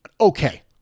okay